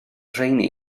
rheiny